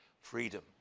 freedom